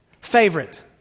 favorite